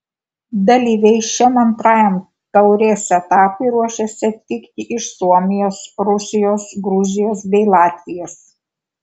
dalyviai šiam antrajam taurės etapui ruošiasi atvykti iš suomijos rusijos gruzijos bei latvijos